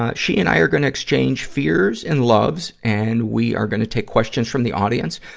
ah she and i are gonna exchange fears and loves. and we are gonna take questions from the audience.